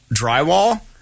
drywall